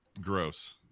Gross